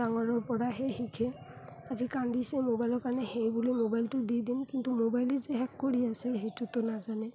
ডাঙৰৰ পৰাহে শিকে আজি কান্দিছে মোবাইলৰ কাৰণে সেই বুলি মোবাইলটো দি দিম কিন্তু মোবাইলে যে শেষ কৰি আছে সেইটোতো নাজানে